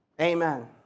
Amen